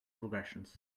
regressions